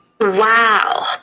wow